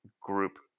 group